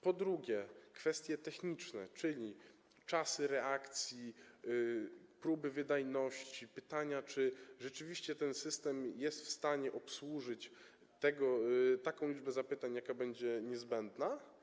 Po drugie, kwestie techniczne, czyli czasy reakcji, próby wydajności, pytania, czy rzeczywiście ten system jest w stanie obsłużyć taką liczbę zapytań, jaka będzie niezbędna.